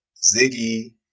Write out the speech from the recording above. Ziggy